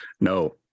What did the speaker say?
no